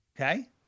Okay